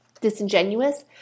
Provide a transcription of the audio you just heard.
disingenuous